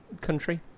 country